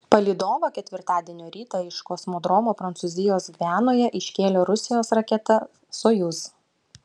palydovą ketvirtadienio rytą iš kosmodromo prancūzijos gvianoje iškėlė rusijos raketa sojuz